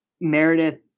Meredith